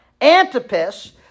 Antipas